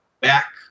back